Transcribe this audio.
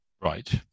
Right